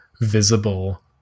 visible